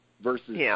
versus